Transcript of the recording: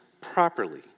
properly